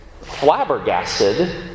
flabbergasted